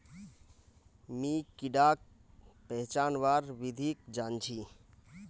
मी कीडाक पहचानवार विधिक जन छी